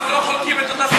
אנחנו לא חולקים את אותה,